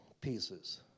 pieces